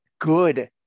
good